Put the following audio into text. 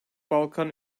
balkan